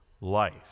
life